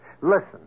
Listen